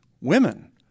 women